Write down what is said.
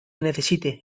necesite